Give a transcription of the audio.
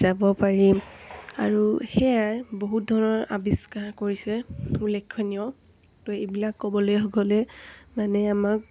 যাব পাৰি আৰু সেয়াই বহুত ধৰণৰ আৱিষ্কাৰ কৰিছে উল্লেখনীয় ত' এইবিলাক ক'বলৈ হ'লে মানে আমাক